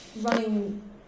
running